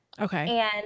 Okay